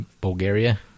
Bulgaria